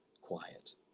quiet